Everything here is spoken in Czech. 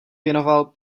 věnoval